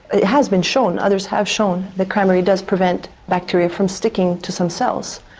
it has been shown, others have shown that cranberry does prevent bacteria from sticking to some cells.